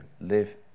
live